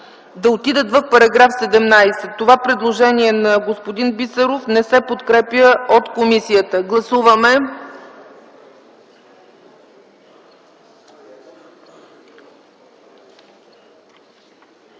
да отидат в § 17. Това предложение на господин Бисеров не се подкрепя от комисията. Гласуваме!